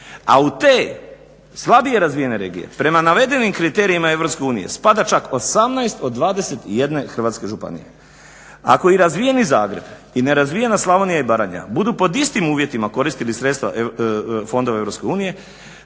a u te slabije razvijene regije prema navedenim kriterijima Europske unije spada čak 18 od 21 hrvatske županije. Ako i razvijeni Zagreb i nerazvijena Slavonija i Baranja budu pod istim uvjetima koristili sredstva fondova